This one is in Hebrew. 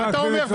מה אתה אומר?